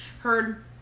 heard